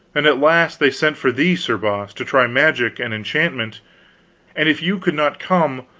and at last they sent for thee, sir boss, to try magic and enchantment and if you could not come,